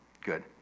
good